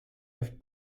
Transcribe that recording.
have